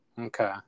Okay